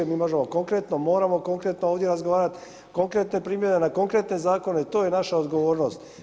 Mi možemo konkretno, moramo konkretno ovdje razgovarati, konkretne primjere na konkretne zakone i to je naša odgovornost.